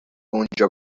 اونجا